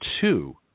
two